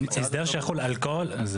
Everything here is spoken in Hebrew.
הסדר שיחול על הכול?